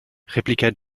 répliqua